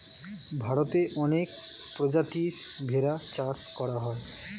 ভারতে অনেক প্রজাতির ভেড়া চাষ করা হয়